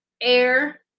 air